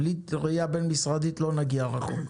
בלי ראייה בין-משרדית לא נגיע רחוק.